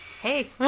hey